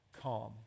calm